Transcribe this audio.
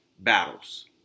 Battles